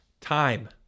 time